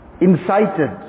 incited